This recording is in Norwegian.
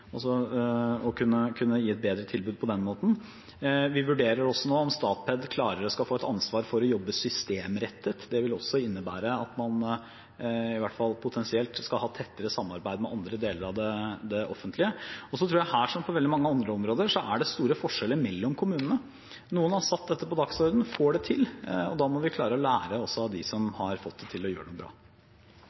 å kunne gi et bedre tilbud på den måten. Vi vurderer også nå om Statped klarere skal få et ansvar for å jobbe systemrettet. Det vil også innebære at man i hvert fall potensielt skal ha tettere samarbeid med andre deler av det offentlige. Og så tror jeg at her, som på veldig mange andre områder, er det store forskjeller mellom kommunene. Noen har satt dette på dagsordenen og får det til, og da må vi klare å lære av dem som har fått det til og gjør det bra.